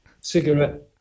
cigarette